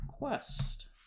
quest